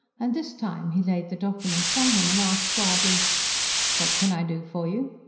and this time he laid the document from him and asked suavely what can i do for you?